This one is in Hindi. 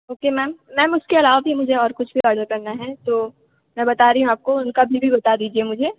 ओके मैम मैम उसके अलावा भी मुझे और कुछ भी ऑर्डर करना है तो मैं बता रही हूँ आपको उनका बिल भी बता दीजिए मुझे